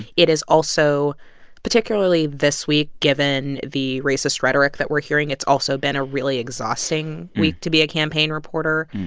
it is also particularly this week given the racist rhetoric that we're hearing, it's also been a really exhausting week to be a campaign reporter.